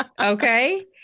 Okay